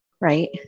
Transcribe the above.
right